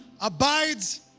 abides